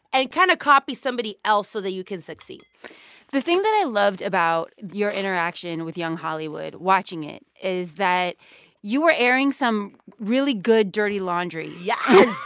and kind of copy somebody else so that you can succeed the thing that i loved about your interaction with young hollywood, watching it, is that you were airing some really good dirty laundry yeah